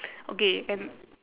okay and